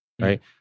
right